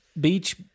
beach